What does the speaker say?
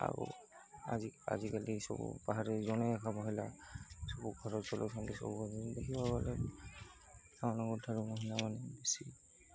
ଆଉ ଆଜିକାଲି ସବୁ ବାହାରେ ଜଣେ ଏକା ମହିଳା ସବୁ ଘର ଚଳଉଛନ୍ତି ସବୁ ଦେଖିବାକୁ ଗଲେ ଆମମାନଙ୍କ ଠାରୁ ମହିଳାମାନେ ବେଶୀ